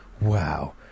wow